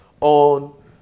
on